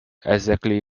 exactly